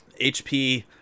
HP